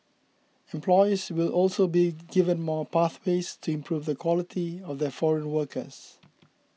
employers will also be given more pathways to improve the quality of their foreign workers